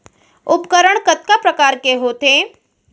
उपकरण कतका प्रकार के होथे?